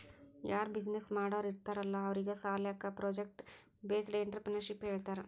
ಯಾರೂ ಬಿಸಿನ್ನೆಸ್ ಮಾಡೋರ್ ಇರ್ತಾರ್ ಅಲ್ಲಾ ಅವ್ರಿಗ್ ಸಾಲ್ಯಾಕೆ ಪ್ರೊಜೆಕ್ಟ್ ಬೇಸ್ಡ್ ಎಂಟ್ರರ್ಪ್ರಿನರ್ಶಿಪ್ ಹೇಳ್ತಾರ್